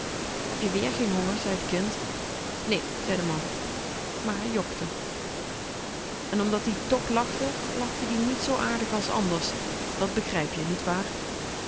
heb je wéér geen honger zei t kind nee zei de man maar hij jokte en omdat-ie toch lachte lachte ie niet zoo aardig als anders dat begrijp je niet waar